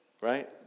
right